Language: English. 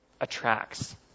attracts